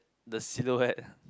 the silhouette